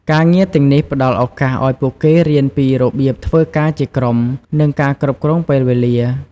ការងារទាំងនេះផ្ដល់ឱកាសឱ្យពួកគេរៀនពីរបៀបធ្វើការជាក្រុម និងការគ្រប់គ្រងពេលវេលា។